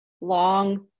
long